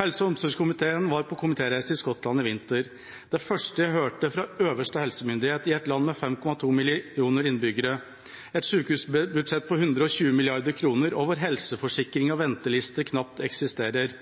Helse- og omsorgskomiteen var på komitéreise i Skottland i vinter. Det første jeg hørte fra øverste helsemyndighet i et land med 5,2 mill. innbyggere, et sykehusbudsjett på 120 mrd. kr og hvor helseforsikringer og ventelister knapt eksisterer,